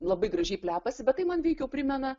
labai gražiai plepasi bet tai man veikiau primena